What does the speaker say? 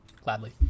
Gladly